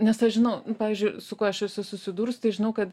nes aš žinau pavyzdžiui su kuo aš esu susidūrus tai žinau kad